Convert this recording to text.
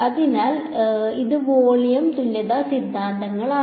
അതിനാൽ ഇത് വോളിയം തുല്യത സിദ്ധാന്തങ്ങളായിരുന്നു